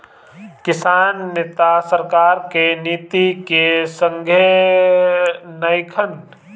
किसान नेता सरकार के नीति के संघे नइखन